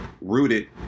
rooted